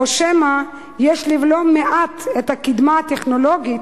או שמא יש לבלום מעט את הקדמה הטכנולוגית,